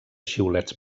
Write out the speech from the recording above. xiulets